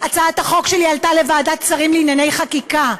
הצעת החוק שלי עלתה לוועדת שרים לענייני חקיקה.